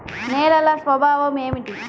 నేలల స్వభావం ఏమిటీ?